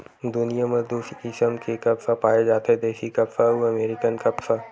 दुनिया म दू किसम के कपसा पाए जाथे देसी कपसा अउ अमेरिकन कपसा